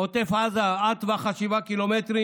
עוטף עזה עד טווח 7 ק"מ,